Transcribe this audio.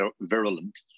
virulent